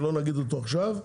שלא נגיד אותו עכשיו.